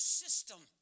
system